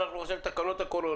אנחנו עכשיו עם תקנות הקורונה.